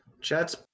Jets